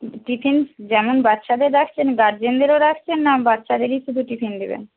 tiffin যেমন বাচ্চাদের রাখছেন গার্জেনদেরও রাখছেন না বাচ্চাদেরই শুধু টিফিন দেবেন